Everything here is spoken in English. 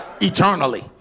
eternally